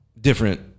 different